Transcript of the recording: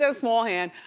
so small hand.